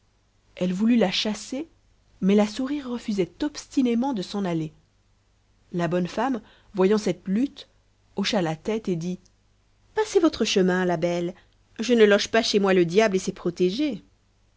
elle voulut la chasser mais la souris refusait obstinément de s'en aller la bonne femme voyant cette lutte hocha la tête et dit passez votre chemin la belle je ne loge pas chez moi le diable et ses protégés